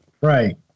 right